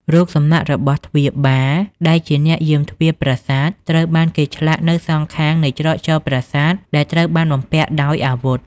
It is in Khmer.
រូបសំណាករបស់ទ្វារបាលដែលជាអ្នកយាមទ្វារប្រាសាទត្រូវបានគេឆ្លាក់នៅសងខាងនៃច្រកចូលប្រាសាទដែលត្រូវបានបំពាក់ដោយអាវុធ។